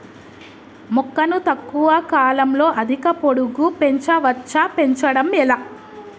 మొక్కను తక్కువ కాలంలో అధిక పొడుగు పెంచవచ్చా పెంచడం ఎలా?